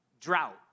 Drought